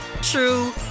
true